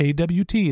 AWT